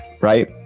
right